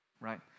Right